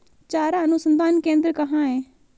चारा अनुसंधान केंद्र कहाँ है?